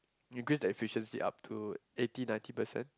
you increase that efficiency up to eighty ninety percent